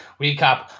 recap